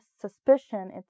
suspicion